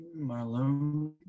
Marlon